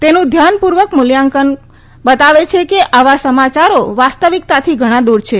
તેનું ધ્યાનપૂર્વક મૂલ્યાંકર બતાવે છે કે આવા સમાયારો વાસ્તવિકતાથી ઘણાં દૂર છે